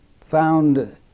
found